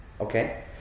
Okay